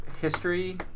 history